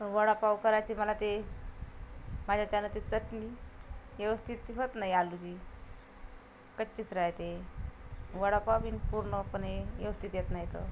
वडापाव करायची मला ते माझ्याच्यानं ते चटणी व्यवस्थित तिसत नाही आलूची कच्चीच राहते वडापावबी पूर्णपणे व्यवस्थित येत नाही तर